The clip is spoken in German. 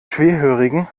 schwerhörigen